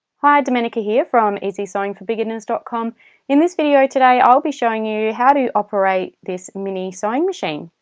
ah domenica here from easy sewing for beginners dot com in this video today i'll be showing you how to operate this mini sewing machine.